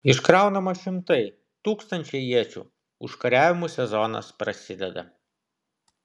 iškraunama šimtai tūkstančiai iečių užkariavimų sezonas prasideda